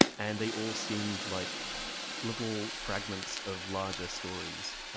and they all seemed like little fragments of larger stories.